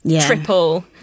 triple